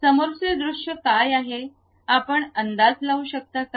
समोरचे दृश्य काय आहे आपण अंदाज लावू शकता का